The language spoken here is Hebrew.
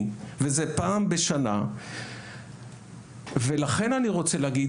וזה פעם בשנה ולכן אני רוצה להגיד,